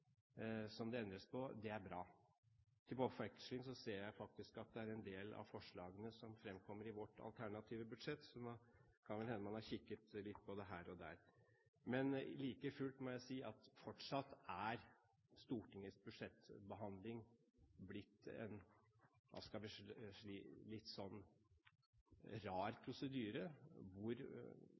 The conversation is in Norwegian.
det som endres på – den promillen – er bra. Jeg ser at en del av forslagene til forveksling er like forslagene som fremkommer i vårt alternative budsjett, så det kan vel hende at man har kikket litt både her og der. Men like fullt må jeg si at fortsatt er Stortingets budsjettbehandling blitt, hva skal vi si, en litt rar prosedyre,